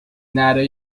نره